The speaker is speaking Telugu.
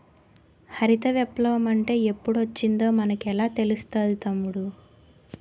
హరిత విప్లవ మంటే ఎప్పుడొచ్చిందో మనకెలా తెలుస్తాది తమ్ముడూ?